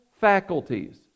faculties